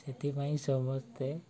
ସେଥିପାଇଁ ସମସ୍ତେ